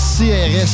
CRS